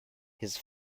his